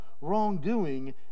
wrongdoing